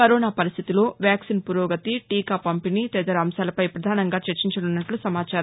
corona పరిస్టితులు vaccine పురోగతి టీకా పంపిణీ తదితర అంశాలపై పధానంగా చర్చించనున్నట్లు సమాచారం